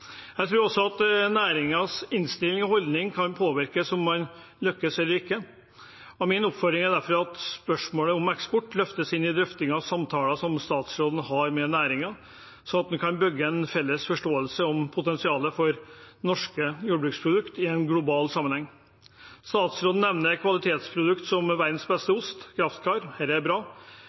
Jeg tror at næringens innstilling og holdning også kan påvirke om man lykkes eller ikke. Min oppfordring er derfor at spørsmålet om eksport løftes inn i drøftinger og samtaler som statsråden har med næringen, slik at en kan bygge en felles forståelse for potensialet for norske jordbruksprodukter i en global sammenheng. Statsråden nevner kvalitetsprodukter som verdens beste ost, Kraftkar. Dette er bra,